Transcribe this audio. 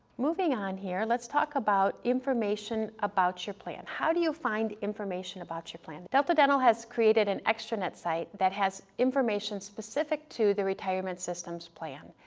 moving on here, let's talk about information about your plan, how do you find information about your plan? delta dental has created an extranet site that has information specific to the retirement system's plan.